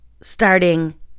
starting